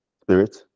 spirit